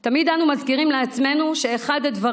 תמיד אנחנו מזכירים לעצמנו שאחד הדברים